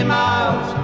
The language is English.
miles